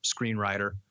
screenwriter